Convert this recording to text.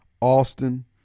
Austin